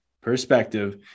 perspective